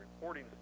reporting